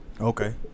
Okay